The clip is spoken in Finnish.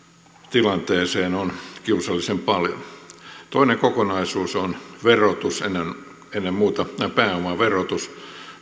tilanteeseen on kiusallisen paljon toinen kokonaisuus on verotus ennen muuta pääomaverotus